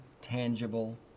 tangible